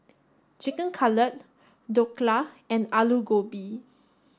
chicken Cutlet Dhokla and Alu Gobi